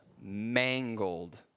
mangled